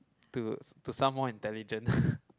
to to sound more intelligent